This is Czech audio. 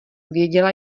věděla